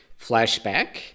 flashback